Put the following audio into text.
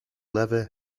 levy